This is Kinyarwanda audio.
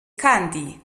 kandi